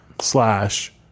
slash